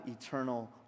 eternal